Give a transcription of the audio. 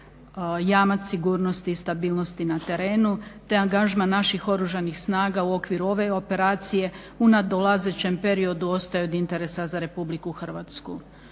jamac sigurnosti i stabilnosti na terenu, te angažman naših Oružanih snaga u okviru ove operacije u nadolazećem periodu ostaju od interesa za Republiku Hrvatsku.